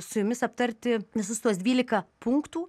su jumis aptarti visus tuos dvylika punktų